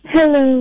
Hello